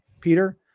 Peter